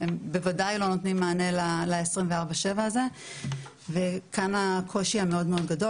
הם בוודאי לא נותנים מענה ל-24/7 הזה וכאן הקושי המאוד גדול.